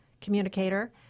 communicator